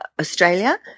Australia